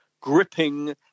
gripping